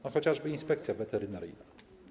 No chociażby Inspekcja Weterynaryjna.